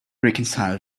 reconcile